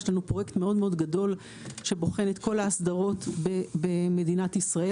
יש לנו פרויקט מאוד מאוד גדול שבוחן את כל ההסדרות במדינת ישראל.